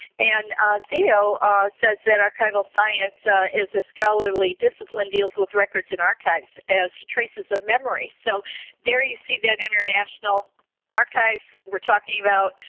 and theo says that archival archival science is a scholarly discipline, deals with records and archives as traces of memory. so there you see that international archives we're talking about.